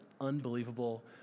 unbelievable